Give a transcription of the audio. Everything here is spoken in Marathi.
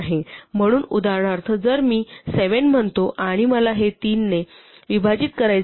म्हणून उदाहरणार्थ जर मी 7 म्हणतो आणि मला ते 3 ने विभाजित करायचे आहे